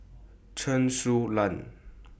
Chen Su Lan